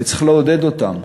צריך לעודד אותם.